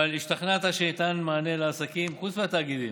אבל השתכנעת שניתן מענה לעסקים, חוץ מהתאגידים,